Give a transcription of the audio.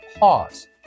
pause